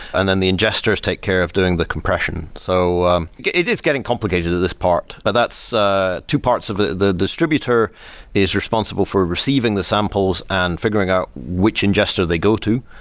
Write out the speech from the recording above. and then the ingesters take care of doing the compression. so it is getting complicated at this part, but that's two parts. the the distributor is responsible for receiving the samples and figuring out which ingester they go to.